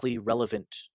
relevant